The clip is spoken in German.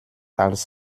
als